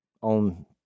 on